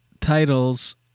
titles